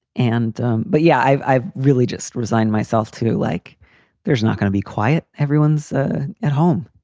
and but yeah, i've i've really just resigned myself to like there's not going to be quiet. everyone's at home.